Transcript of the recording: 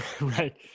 right